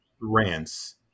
rants